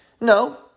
No